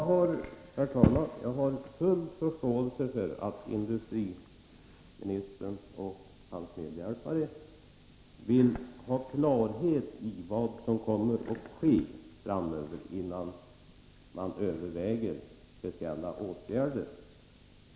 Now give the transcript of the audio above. Herr talman! Jag har full förståelse för att industriministern och hans medhjälpare vill ha klarhet i vad som kommer att ske framöver innan de överväger speciella åtgärder.